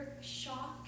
shock